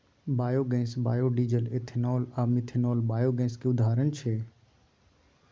biogas, biodiesel, ethanol आ methanol biogas केर उदाहरण छै